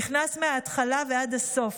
נכנס מההתחלה ועד הסוף.